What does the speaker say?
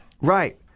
Right